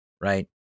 right